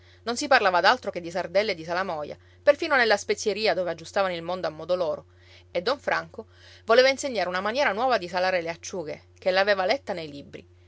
non si parlava d'altro che di sardelle e di salamoia perfino nella spezieria dove aggiustavano il mondo a modo loro e don franco voleva insegnare una maniera nuova di salare le acciughe che l'aveva letta nei libri